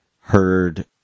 heard